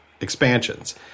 expansions